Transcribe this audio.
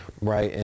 right